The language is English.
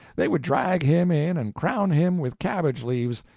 they would drag him in and crown him with cabbage leaves,